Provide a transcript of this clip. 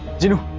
do